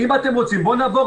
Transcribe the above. אם אתם רוצים, בואו נעבור